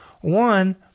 One